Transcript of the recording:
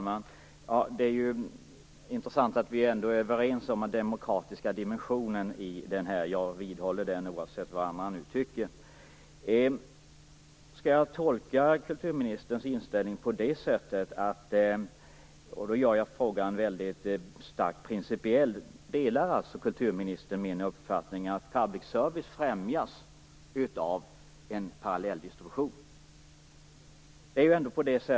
Herr talman! Det är intressant att vi ändå är överens om den demokratiska dimensionen. Jag vidhåller den, oavsett vad andra tycker. Skall jag tolka kulturministerns inställning på det sättet, och då gör jag frågan starkt principiell, att hon delar min uppfattning att public service främjas av parallelldistribution?